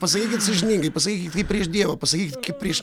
pasakykit sąžiningai pasakykit kaip prieš dievą pasakykit kaip prieš